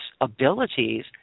abilities